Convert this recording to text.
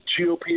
GOP